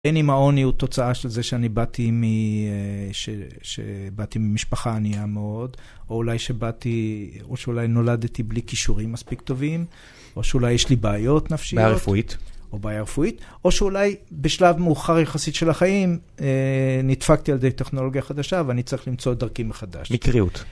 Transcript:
בין אם העוני הוא תוצאה של זה שאני באתי ממשפחה ענייה מאוד, או שאולי נולדתי בלי כישורים מספיק טובים, או שאולי יש לי בעיות נפשיות. בעיה רפואית. או בעיה רפואית, או שאולי בשלב מאוחר יחסית של החיים, נדפקתי על ידי טכנולוגיה חדשה ואני צריך למצוא את דרכי מחדש. מקריות.